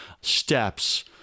steps